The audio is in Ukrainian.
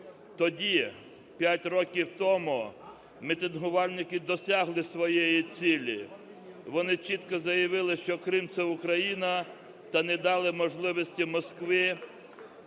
Тоді, 5 років тому, мітингувальники досягли своєї цілі, вони чітко заявили, що Крим – це Україна, та не дали можливості Москві